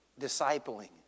discipling